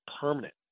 permanent